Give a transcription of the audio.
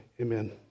Amen